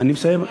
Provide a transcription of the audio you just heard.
אני מסיים.